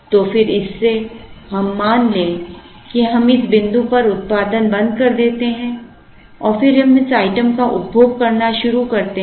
तो फिर इस से हम मान लें कि हम इस बिंदु पर उत्पादन बंद कर देते हैं और फिर हम इस आइटम का उपभोग करना शुरू करते हैं